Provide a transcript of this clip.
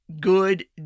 good